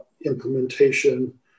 implementation